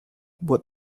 what